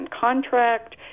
contract